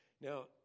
Now